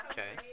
Okay